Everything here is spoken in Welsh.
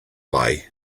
lai